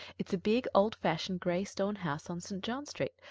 it's a big, old-fashioned, gray stone house on st. john street,